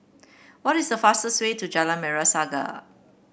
what is the fastest way to Jalan Merah Saga